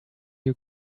you